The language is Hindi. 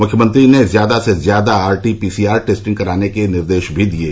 मुख्यमंत्री ने ज्यादा से ज्यादा आरटीपीसीआर टेस्टिंग कराने के निर्देश भी दिये